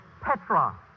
petra